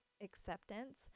acceptance